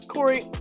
Corey